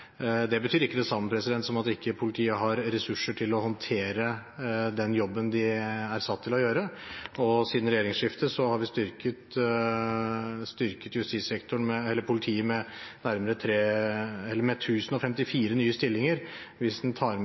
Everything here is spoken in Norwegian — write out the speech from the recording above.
Det betyr ikke det samme som at politiet ikke har ressurser til å håndtere den jobben de er satt til å gjøre, og siden regjeringsskiftet har vi styrket politiet med 1 054 nye stillinger, hvis en tar med